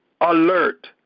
alert